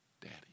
Daddy